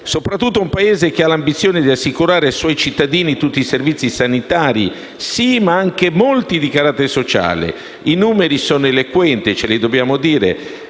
soprattutto in un Paese che ha l'ambizione di assicurare ai suoi cittadini tutti i servizi sanitari, ma anche molti servizi di carattere sociale. I numeri sono eloquenti, ce li dobbiamo dire,